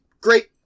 Great